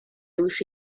już